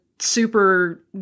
super